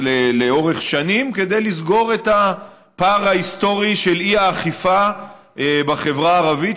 לאורך שנים כדי לסגור את הפער ההיסטורי של האי-אכיפה בחברה הערבית,